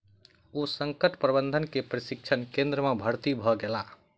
ओ संकट प्रबंधन के प्रशिक्षण केंद्र में भर्ती भ गेला